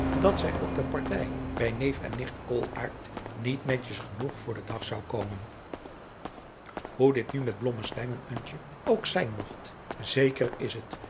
dat zij op de partij bij neef en nicht koolaart niet netjes genoeg voor den dag zou komen hoe dit nu met blommesteyn en antje ook zijn mogt zeker is het